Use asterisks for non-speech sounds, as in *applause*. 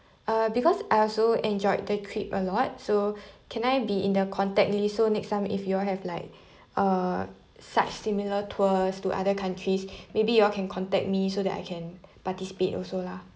uh because I also enjoyed the trip a lot so can I be in the contact list so next time if you all have like uh such similar tours to other countries *breath* maybe you all can contact me so that I can participate also lah